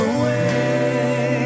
Away